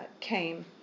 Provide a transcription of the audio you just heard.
came